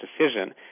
decision